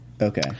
okay